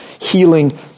healing